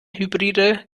hybride